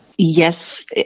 Yes